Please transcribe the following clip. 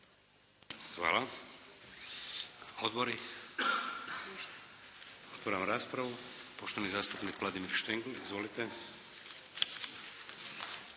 Hvala. Odbori? Otvaram raspravu. Poštovani zastupnik Vladimir Štengl. Izvolite.